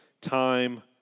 time